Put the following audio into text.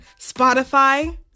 Spotify